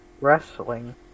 wrestling